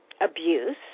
abuse